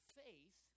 faith